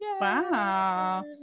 wow